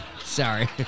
Sorry